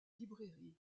librairie